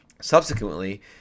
Subsequently